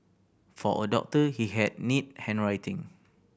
for a doctor he had neat handwriting